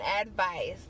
advice